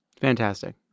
Fantastic